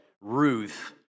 Ruth